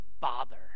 bother